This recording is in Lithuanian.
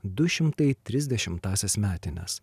du šimtai trisdešimtąsias metines